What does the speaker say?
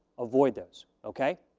avoid those, okay?